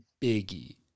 Biggie